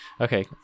Okay